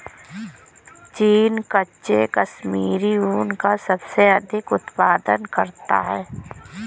चीन कच्चे कश्मीरी ऊन का सबसे अधिक उत्पादन करता है